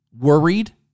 worried